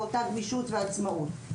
גמישות ועצמאות.